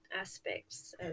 aspects